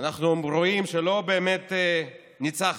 ואנחנו רואים שלא באמת ניצחנו,